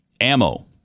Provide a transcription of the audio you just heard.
ammo